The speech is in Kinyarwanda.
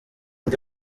ndi